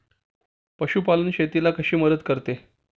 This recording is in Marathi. पशुपालन शेतीला कशी मदत करते?